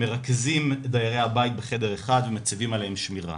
מרכזים את דיירי הבית בחדר אחד ומציבים עליהם שמירה.